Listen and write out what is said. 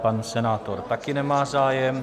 Pan senátor taky nemá zájem.